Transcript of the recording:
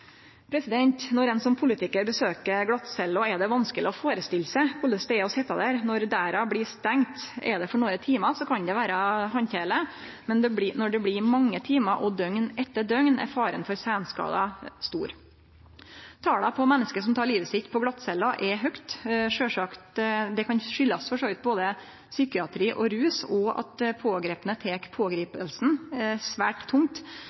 Når ein som politikar besøker ei glattcelle, er det vanskeleg å førestille seg korleis det er å sitte der når døra blir stengt. Er det for nokre timar, kan det vere handterleg, men når det blir mange timar og døgn etter døgn, er faren for seinskadar stor. Talet på menneske som tek livet sitt på glattcella er høgt. Det kan skuldast både psykiatri, rus, og at dei pågrepne tek pågripinga svært